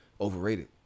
overrated